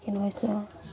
সন্মুখীন হৈছোঁ